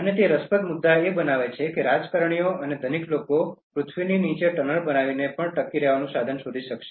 અને તે રસપ્રદ મુદ્દા એ બનાવે છે કે રાજકારણીઓ અને ધનિક લોકો પૃથ્વીની નીચે ટનલ બનાવીને પણ ટકી રહેવાનું સાધન શોધી શકશે